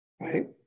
right